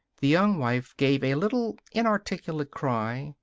the young wife gave a little inarticulate cry,